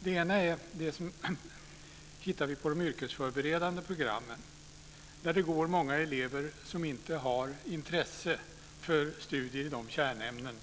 Det ena hittar vi på de yrkesförberedande programmen där det går många elever som inte har intresse för studier i de kärnämnen